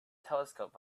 telescope